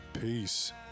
peace